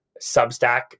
substack